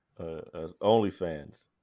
OnlyFans